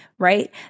right